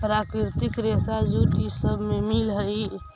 प्राकृतिक रेशा जूट इ सब से मिल हई